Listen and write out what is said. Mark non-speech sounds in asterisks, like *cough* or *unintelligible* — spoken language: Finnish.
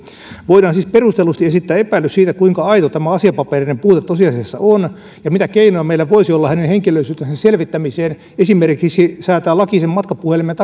voidaan siis perustellusti esittää epäilys siitä kuinka aito tämä asiapapereiden puute tosiasiassa on mitä keinoja meillä voisi olla hänen henkilöllisyytensä selvittämiseen esimerkiksi lain säätämiseen sen matkapuhelimen *unintelligible*